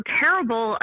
terrible